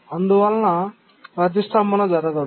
అందువలన ప్రతిష్ఠంభన జరగదు